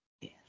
Yes